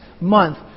month